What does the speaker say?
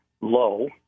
low